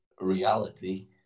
reality